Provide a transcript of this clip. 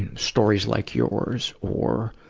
and stories like yours or,